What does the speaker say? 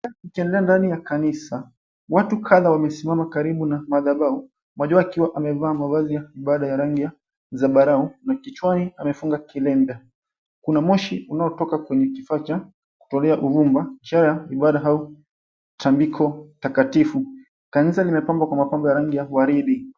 Jamaa ndani ya kanisa watu kadha wamesimama karibu na madhabahu mmoja wao akiwa mavazi ya baada ya rangi ya zambarau na kichwani amefunga kilemba kuna moshi unaotoka kwenye kifaa cha kutolea uvumba cha ibada au tambiko takatifu. Kanisa limepangwa kwa mapambo ya rangi ya waridi.